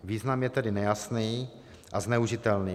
Význam je tedy nejasný a zneužitelný.